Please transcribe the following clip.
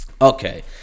Okay